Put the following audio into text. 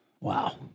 Wow